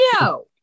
No